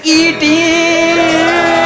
eating